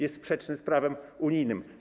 Jest on sprzeczny z prawem unijnym.